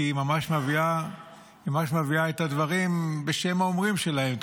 כי היא ממש מביאה את הדברים בשם האומרים שלהם.